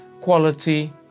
quality